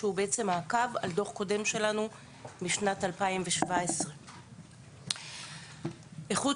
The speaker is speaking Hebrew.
שהוא דו"ח מעקב על הדו"ח הקודם שלנו משנת 2017. איכות